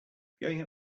going